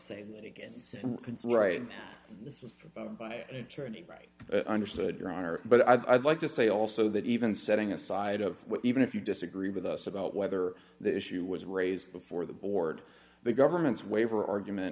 was by an attorney right understood your honor but i'd like to say also that even setting aside of even if you disagree with us about whether the issue was raised before the board the government's waiver argument